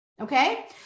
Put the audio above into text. Okay